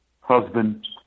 husband